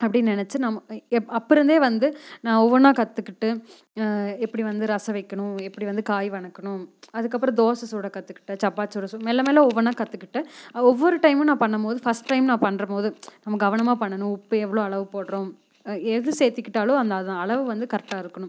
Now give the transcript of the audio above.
அப்படின் நினைச்சி நம்ம அப்போ இருந்தே வந்து நான் ஒவ்வொன்றா கற்றுக்கிட்டு எப்படி வந்து ரசம் வைக்கணும் எப்படி வந்து காய் வதக்கணும் அதுக்கப்புறம் தோசை சுட கற்றுக்கிட்டேன் சப்பாத்தி சுட சுட மெல்ல மெல்ல ஒவ்வொன்றா கற்றுக்கிட்டேன் ஒவ்வொரு டைமும் நான் பண்ணும் போது ஃபஸ்ட் டைம் நான் பண்ணுற போது நம்ம கவனமாக பண்ணணும் உப்பு எவ்வளோ அளவு போடுறோம் எது சேர்த்துக்கிட்டாலும் அந்த அதுதான் அளவு வந்து கரெக்டாக இருக்கணும்